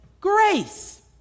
grace